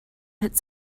hit